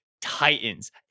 titans